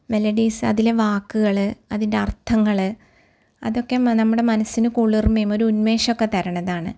melodies അതിലെ വാക്കുകള് അതിൻ്റെ അർഥങ്ങള് അതൊക്കെ നമ്മുടെ മനസിന് കുളിർമയും ഒരു ഉന്മേഷമൊക്കെ തരുന്നതാണ്